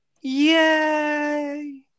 Yay